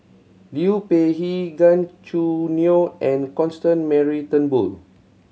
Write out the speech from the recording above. Liu Peihe Gan Choo Neo and Constance Mary Turnbull